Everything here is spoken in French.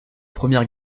première